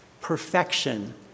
perfection